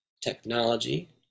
technology